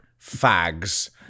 fags